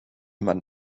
man